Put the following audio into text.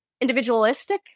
individualistic